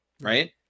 right